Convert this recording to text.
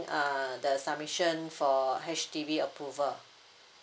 err the submission for H_D_B approval